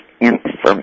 information